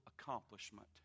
accomplishment